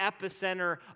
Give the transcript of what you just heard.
epicenter